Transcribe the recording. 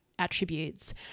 attributes